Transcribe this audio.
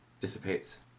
dissipates